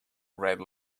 red